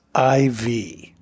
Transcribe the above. IV